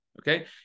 Okay